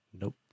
Nope